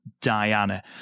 Diana